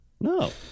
No